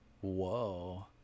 Whoa